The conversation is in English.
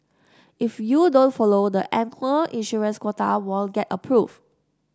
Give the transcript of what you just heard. if you don't follow the annual issuance quota won't get approved